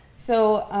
so